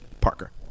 Parker